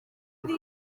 bwa